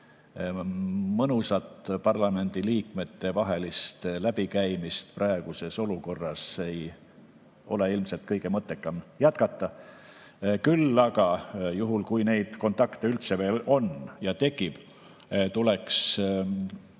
mõnusat parlamendiliikmetevahelist läbikäimist praeguses olukorras ei ole ilmselt kõige mõttekam jätkata. Küll aga juhul, kui neid kontakte üldse veel on ja tekib, tuleks